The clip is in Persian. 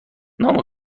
نام